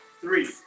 Three